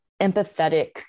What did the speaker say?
empathetic